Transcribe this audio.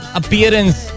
appearance